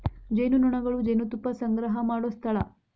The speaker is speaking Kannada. ಜೇನುನೊಣಗಳು ಜೇನುತುಪ್ಪಾ ಸಂಗ್ರಹಾ ಮಾಡು ಸ್ಥಳಾ